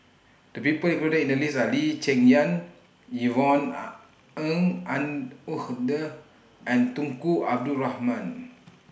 The People included in The list Are Lee Cheng Yan Yvonne Ng and Uhde and Tunku Abdul Rahman